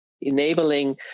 enabling